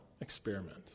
Experiment